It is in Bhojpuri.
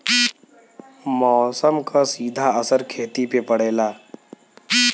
मौसम क सीधा असर खेती पे पड़ेला